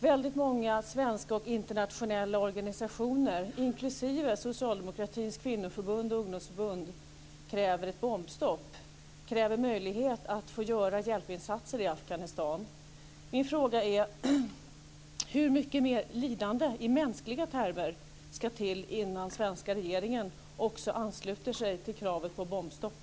Väldigt många svenska och internationella organisationer, inklusive socialdemokratins kvinnoförbund och ungdomsförbund, kräver ett bombstopp, kräver en möjlighet att göra hjälpinsatser i Afghanistan. Min fråga är: Hur mycket mer lidande, i mänskliga termer, ska till innan svenska regeringen också ansluter sig till kravet på bombstopp?